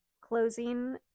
closing